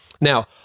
Now